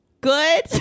good